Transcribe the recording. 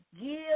give